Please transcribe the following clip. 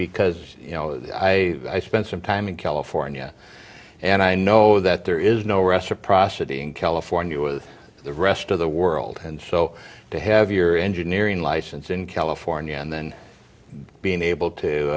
because you know i i spent some time in california and i know that there is no reciprocity in california with the rest of the world and so to have your engineering license in california and then being able to